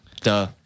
Duh